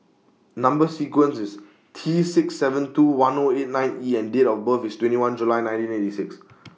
Number sequence IS T six seven two one O eight nine E and Date of birth IS twenty one July nineteen eighty six